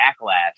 backlash